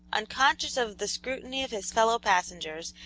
unconscious of the scrutiny of his fellow-passengers,